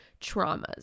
traumas